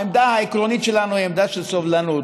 העמדה העקרונית שלנו היא עמדה של סובלנות.